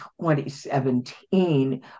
2017